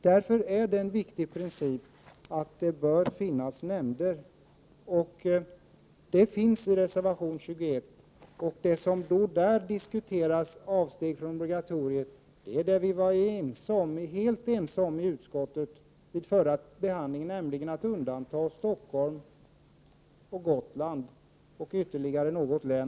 Det är därför en viktig princip att det bör finnas nämnder. I reservation 21 diskuteras avsteg från obligatoriet. Vi var helt överens om detta i utskottet vid den förra behandlingen, dvs. att undanta Stockholm, Gotland och ytterligare något län.